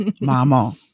Mama